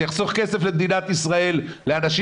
זה יחסוך כסף למדינת ישראל לאנשים